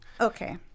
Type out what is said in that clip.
Okay